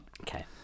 Okay